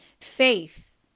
faith